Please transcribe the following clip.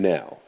Now